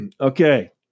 Okay